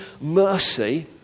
mercy